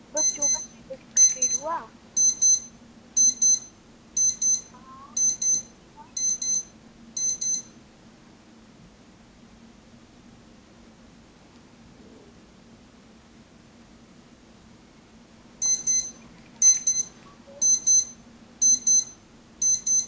बच्चों का syllabus complete हुआ